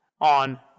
on